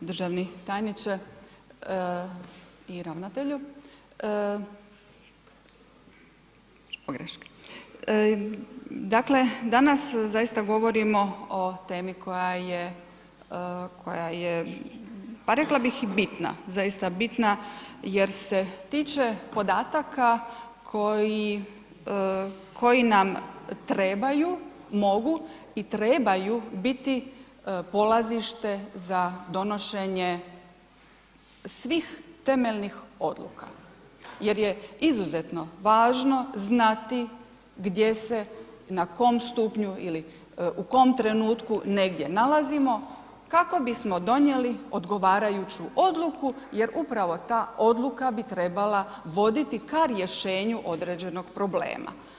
državni tajniče i ravnatelju, dakle danas zaista govorimo o temi koja je, koja je pa rekla bih i bitna, zaista bitna jer se tiče podataka koji nam trebaju, mogu i trebaju biti polazište za donošenje svih temeljnih odluka, jer je izuzetno važno znati gdje se, na kom stupnju ili u kom trenutku negdje nalazimo kako bismo donijeli odgovarajuću odluku jer upravo ta odluka bi trebala voditi ka rješenju određenog problema.